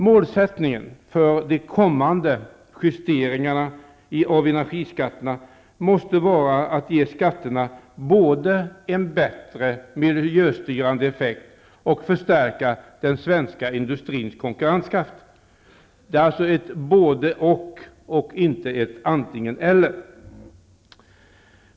Målsättningen för de kommande justeringarna av energiskatterna måste vara både att ge skatterna en bättre miljöstyrande effekt och att förstärka den svenska industrins konkurrenskraft. Det är alltså ett både -- och, inte ett antingen -- eller.